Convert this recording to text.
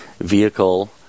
vehicle